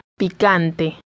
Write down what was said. picante